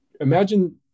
imagine